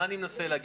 מה אני מנסה להגיד?